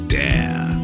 dare